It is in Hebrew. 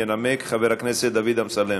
התשע"ו 2016. ינמק חבר הכנסת דוד אמסלם.